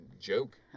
joke